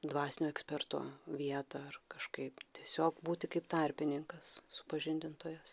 dvasinio eksperto vietą ar kažkaip tiesiog būti kaip tarpininkas supažindintojas